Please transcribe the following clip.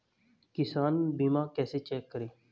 किसान बीमा कैसे चेक करें?